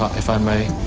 if i may.